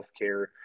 healthcare